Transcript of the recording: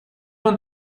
want